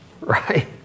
right